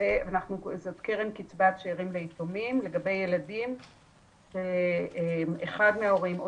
זאת קרן קצבת שארים ליתומים לגבי ילדים שאחד מההורים או